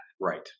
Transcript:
Right